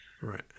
Right